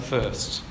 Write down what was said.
First